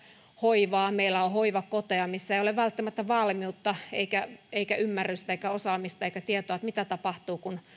hoivaa meillä on hoivakoteja missä ei ole välttämättä valmiutta eikä ymmärrystä eikä osaamista eikä tietoa mitä tapahtuu kun